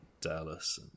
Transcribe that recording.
Dallas